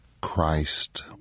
Christ